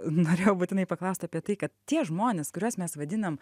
norėjau būtinai paklaust apie tai kad tie žmonės kuriuos mes vadinam